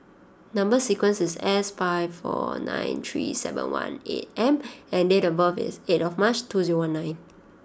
number sequence is S five four nine three seven one eight M and date of birth is eight of March two zero one nine